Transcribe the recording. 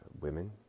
women